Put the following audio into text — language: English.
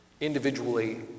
individually